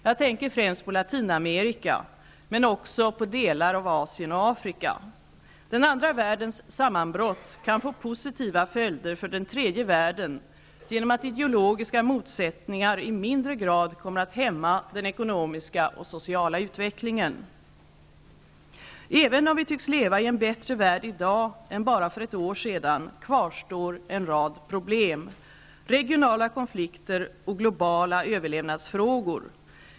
Jag tänker främst på Latinamerika, men också på delar av Asien och Afrika. Den andra världens sammanbrott kan få positiva följder för den tredje världen genom att ideologiska motsättningar i mindre grad kommer att hämma den ekonomiska och sociala utvecklingen. Även om vi tycks leva i en bättre värld i dag än bara för ett år sedan, kvarstår en rad problem -- regionala konflikter och globala överlevnadsfrågor.